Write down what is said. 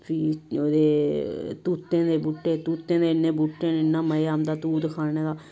फ्ही ओह्दे तूह्तें दे बूह्टे तूह्तें दे इ'न्ने बूह्टे न इ'न्ना मजा आंदा तूह्त खाने दा